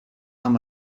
amb